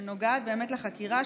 שנוגעת באמת לחקירה,